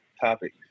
topic